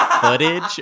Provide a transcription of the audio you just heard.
footage